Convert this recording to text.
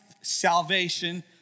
salvation